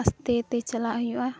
ᱟᱥᱛᱮᱛᱮ ᱪᱟᱞᱟᱜ ᱦᱩᱭᱩᱜᱼᱟ